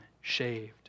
shaved